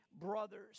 brothers